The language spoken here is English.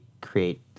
create